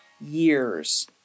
years